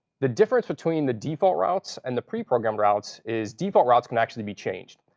the difference between the default routes and the preprogrammed routes is default routes can actually be changed.